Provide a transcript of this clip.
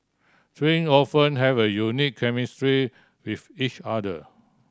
twin often have a unique chemistry with each other